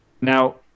Now